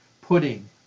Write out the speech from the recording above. pudding